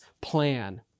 plan